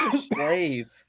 Slave